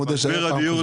הדיור,